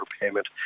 payment